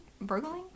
burgling